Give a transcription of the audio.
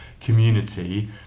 community